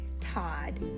Todd